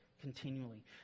continually